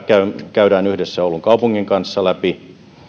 käydään yhdessä oulun kaupungin kanssa läpi